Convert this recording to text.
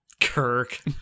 kirk